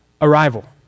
arrival